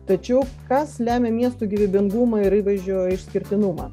tačiau kas lemia miestų gyvybingumą ir įvaizdžio išskirtinumą